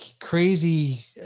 crazy